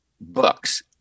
books